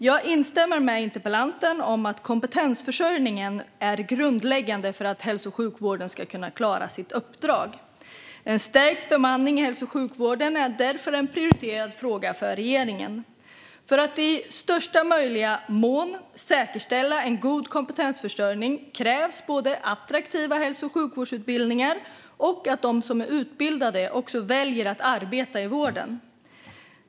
Jag instämmer med interpellanten i att kompetensförsörjningen är grundläggande för att hälso och sjukvården ska kunna klara sitt uppdrag. En stärkt bemanning i hälso och sjukvården är därför en prioriterad fråga för regeringen. För att i största möjliga mån säkerställa en god kompetensförsörjning krävs både attraktiva hälso och sjukvårdsutbildningar och att de som är utbildade också väljer att arbeta i vården.